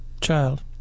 Child